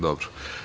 Dobro.